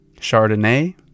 Chardonnay